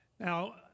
Now